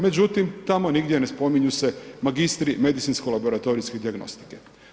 Međutim, tamo nigdje ne spominju se magistri medicinsko-laboratorijske dijagnostike.